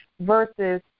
versus